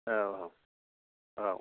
औऔ औ